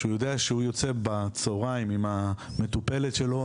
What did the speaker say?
שהוא יודע שהוא יוצא בצהריים הם המטופלת שלו,